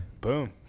boom